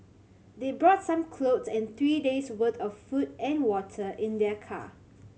they brought some clothes and three days' worth of food and water in their car